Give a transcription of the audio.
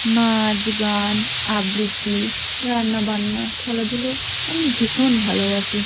নাচ গান আবৃত্তি রান্নাবান্না খেলাধুলো আমি ভীষণ ভালোবাসি